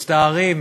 מצטערים,